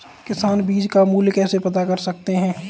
किसान बीज का मूल्य कैसे पता कर सकते हैं?